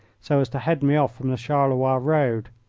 so as to head me off from the charleroi road.